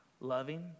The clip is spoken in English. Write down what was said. loving